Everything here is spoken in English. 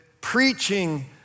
preaching